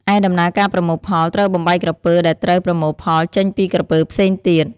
ឯដំណើរការប្រមូលផលត្រូវបំបែកក្រពើដែលត្រូវប្រមូលផលចេញពីក្រពើផ្សេងទៀត។